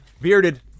Bearded